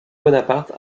bonaparte